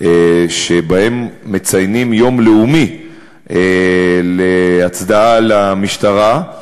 שבהן מציינים יום לאומי להצדעה למשטרה,